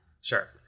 Sure